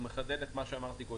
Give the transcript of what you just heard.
שמחדד את מה שאמרתי קודם.